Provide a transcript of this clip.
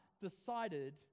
decided